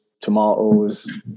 Tomatoes